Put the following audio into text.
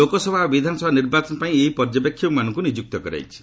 ଲୋକସଭା ଓ ବିଧାନସଭା ନିର୍ବାଚନ ପାଇଁ ଏହି ପର୍ଯ୍ୟବେକ୍ଷକମାନଙ୍କୁ ନିଯୁକ୍ତ କରାଯାଇଛି